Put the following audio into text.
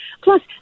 Plus